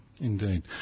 Indeed